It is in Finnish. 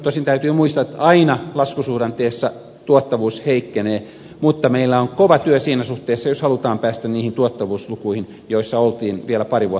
tosin täytyy muistaa että aina laskusuhdanteessa tuottavuus heikkenee mutta meillä on kova työ sinä suhteessa jos halutaan päästä niihin tuottavuuslukuihin joissa oltiin vielä pari vuotta sitten